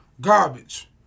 Garbage